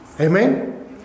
Amen